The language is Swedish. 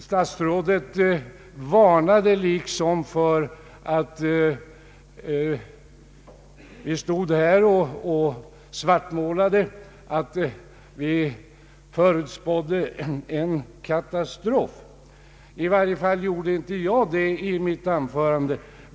Statsrådet varnade för att vi stod här och svartmålade, att vi förutspådde en katastrof. I varje fall gjorde inte jag det i mitt anförande.